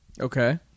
Okay